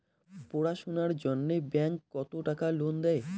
পড়াশুনার জন্যে ব্যাংক কত টাকা লোন দেয়?